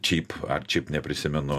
šiaip ar šiaip neprisimenu